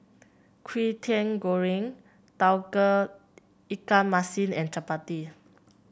Kwetiau Goreng Tauge Ikan Masin and chappati